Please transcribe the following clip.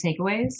takeaways